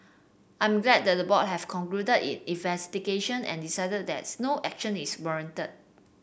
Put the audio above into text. I'm glad that the board have concluded it investigation and decided that no action is warranted